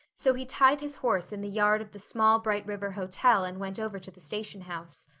so he tied his horse in the yard of the small bright river hotel and went over to the station house.